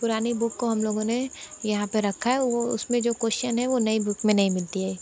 पुरानी बुक को हम लोगों ने यहाँ पर रखा है वह उसमें जो कोश्चन हैं वो नये बुक में नही मिलती है